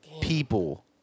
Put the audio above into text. people